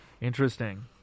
Interesting